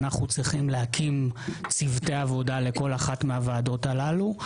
אנחנו צריכים להקים צוותי עבודה לכל אחת מהוועדות האלו.